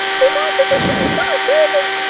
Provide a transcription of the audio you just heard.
for my positions is but a servant,